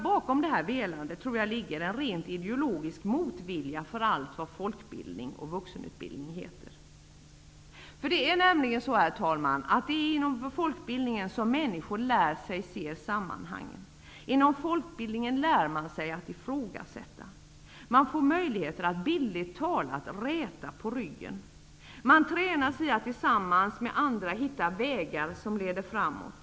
Bakom velandet ligger en rent ideologisk motvilja mot allt vad folkbildning och vuxenutbildning heter. Det är inom folkbildningen som människor lär sig se sammanhangen. Inom folkbildningen lär man sig att ifrågasätta. Man får möjligheter att bildligt talat räta på ryggen. Man tränas i att tillsammans med andra hitta vägar som leder framåt.